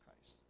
Christ